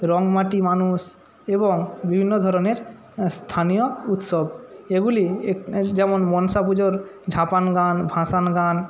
রঙ মাটি মানুষ এবং বিভিন্ন ধরণের স্থানীয় উৎসব এগুলি যেমন মনসা পুজোর ঝাপান গান ভাসান গান